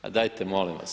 Pa dajte molim vas.